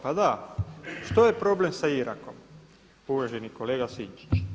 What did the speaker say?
Pa da, što je problem sa Irakom uvaženi kolega Sinčić?